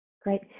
Great